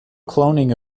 cloning